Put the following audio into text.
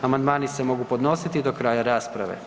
Amandmani se mogu podnositi do kraja rasprave.